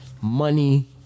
money